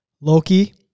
Loki